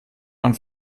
man